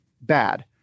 bad